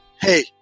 Hey